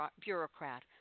bureaucrat